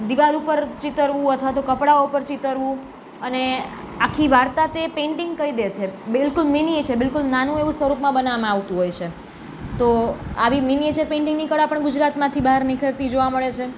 દીવાલ ઉપર ચિતરવું અથવા તો કપડા ઉપર ચિતરવું અને આખી વાર્તા તે પેંટિંગ કહી દે છે બિલકુલ મિનીએચર બિલકુલ નાનું એવું સ્વરૂપમાં બનાવવામાં આવતું હોય છે તો આવી મિનીએચર પેંટિંગની કળા પણ ગુજરાતમાંથી બહાર નિખરતી જોવા મળે છે